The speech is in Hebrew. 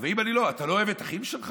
ואם אני לא, אתה לא אוהב את האחים שלך?